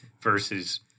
versus